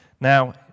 Now